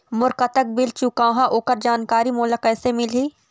मोर कतक बिल चुकाहां ओकर जानकारी मोला कैसे मिलही?